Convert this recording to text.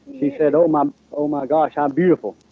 she said oh my oh my gosh! how beautiful!